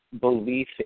belief